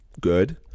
good